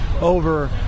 over